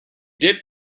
did